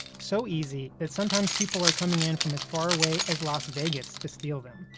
so easy that sometimes people are coming in from as far away as las vegas to steal them.